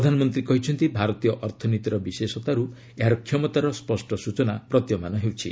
ପ୍ରଧାନମନ୍ତ୍ରୀ କହିଛନ୍ତି ଭାରତୀୟ ଅର୍ଥନୀତିର ବିଶେଷତାରୁ ଏହାର କ୍ଷମତାର ସ୍ୱଷ୍ଟ ସୂଚନା ପ୍ରତୀୟମାନ ହେଉଛି